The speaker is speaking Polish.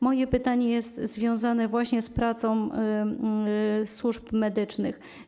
Moje pytania są związane właśnie z pracą służb medycznych.